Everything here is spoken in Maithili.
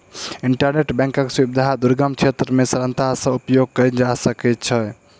इंटरनेट बैंकक सुविधा दुर्गम क्षेत्र मे सरलता सॅ उपयोग कयल जा सकै छै